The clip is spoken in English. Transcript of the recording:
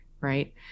right